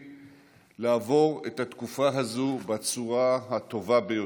לעבור את התקופה הזאת בצורה הטובה ביותר.